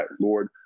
lord